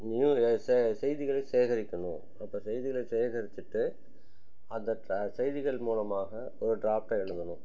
new செ செய்திகள் சேகரிக்கணும் அப்போ செய்திகளை சேகரிச்சிகிட்டு அந்த ட்ர செய்திகள் மூலமாக ஒரு ட்ராப்ட்டை எழுதணும்